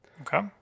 Okay